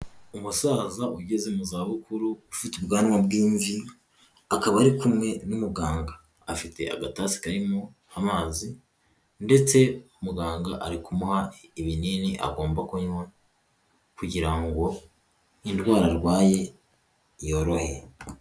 uumusaza ugeze mu zabukuru ufite ubwanwa bw'imvi akaba ari kumwe n'umuganga, afite agatasi karimo amazi ndetse muganga ari kumuha ibinini agomba kunywa kugirango indwara arwaye yoroherwe.